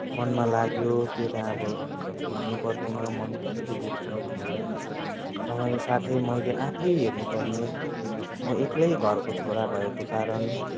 मनमा लाग्यो त्यो त अब भन्नुपर्दैन मन कतिको दुख्छ भनेर सँगैको साथे मैले आफै हेर्नुपर्ने म एक्लै घरको छोरा भएको कारण